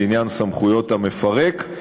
לעניין סמכויות המפרק.